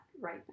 right